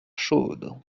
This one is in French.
chaude